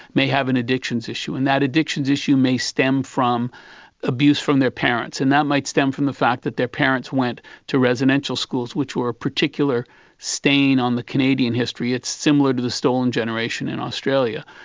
may have an addictions issue and that addictions issue may stem from abuse from their parents, and that might stem from the fact that their parents went to residential schools which were a particular stain on the canadian history. it's similar to the stolen generation in australia.